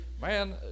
man